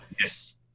Yes